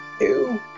ew